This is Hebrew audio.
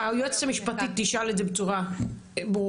היועצת המשפטית תשאל את זה בצורה ברורה.